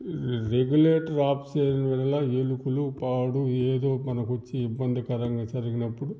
రే regulator off చేయని ఎడల ఎలుకలు పాడు ఏదో మనకొచ్చి ఇబంది కరంగా జరిగినప్పుడు